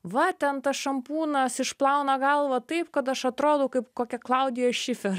va ten tas šampūnas išplauna galvą taip kad aš atrodau kaip kokia klaudija šifer